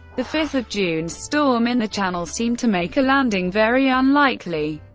the five june storm in the channel seemed to make a landing very unlikely,